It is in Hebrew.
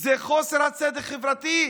זה חוסר הצדק החברתי,